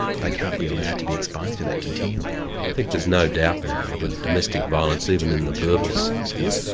they can't be allowed to be exposed to that continually. well i think there's no doubt now that domestic violence, even in the verbal so sense,